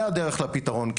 זה הדרך לפתרון,